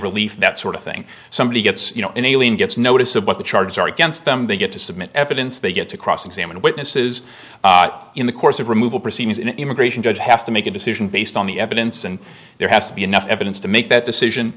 relief that sort of thing somebody gets you know an alien gets notice of what the charges are against them they get to submit evidence they get to cross examine witnesses in the course of removal proceedings an immigration judge has to make a decision based on the evidence and there has to be enough evidence to make that decision